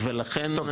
ולכן --- טוב,